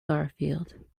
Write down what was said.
garfield